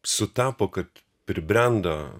sutapo kad pribrendo